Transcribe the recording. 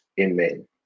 Amen